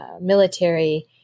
military